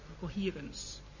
coherence